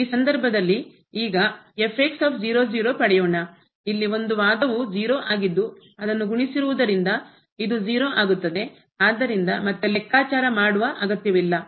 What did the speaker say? ಈ ಸಂದರ್ಭದಲ್ಲಿ ಈಗ ಪಡೆಯೋಣ ಇಲ್ಲಿ ಒಂದು ವಾದವೂ 0 ಆಗಿದ್ದು ಅದನ್ನು ಗುಣಿಸಿರುವುದರಿಂದ ಇದು 0 ಆಗುತ್ತದೆ ಆದ್ದರಿಂದ ಮತ್ತೆ ಲೆಕ್ಕಾಚಾರ ಮಾಡುವ ಅಗತ್ಯವಿಲ್ಲ